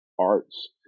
arts